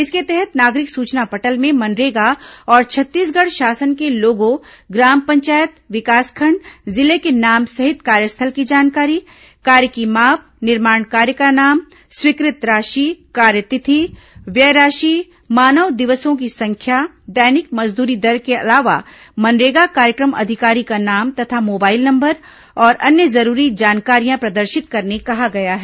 इसके तहत नागरिक सूचना पटल में मनरेगा और छत्तीसगढ़ शासन के लोगो ग्राम पंचायत विकासखंड जिले के नाम सहित कार्यस्थल की जानकारी कार्य की माप निर्माण कार्य का नाम स्वीकृत राशि कार्य तिथि व्यय राशि मानव दिवसों की संख्या दैनिक मजदूरी दर के अलावा मनरेगा कार्यक्रम अधिकारी का नाम तथा मोबाइल नंबर और अन्य जरूरी जानकारियां प्रदर्शित करने कहा गया है